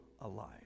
alive